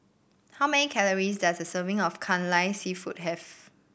how many calories does a serving of Kai Lan seafood have